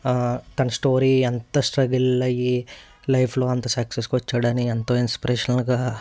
తన స్టోరీ ఎంత స్ట్రగుల్ అయి లైఫ్లో అంత సక్సెస్కి ఎంతో ఇన్స్పిరేషన్గా